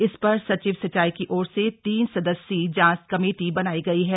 इस पर सचिव सिंचाई की ओर से तीन सदस्यीय जांच कमेटी बनाई गई है